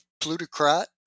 plutocrat